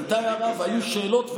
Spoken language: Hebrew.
הייתה הערה והיו שאלות,